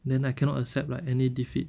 then I cannot accept like any defeat